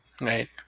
right